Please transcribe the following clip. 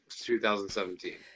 2017